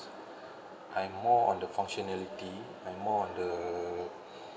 I'm more on the functionality I'm more on the